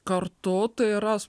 kartu tai yras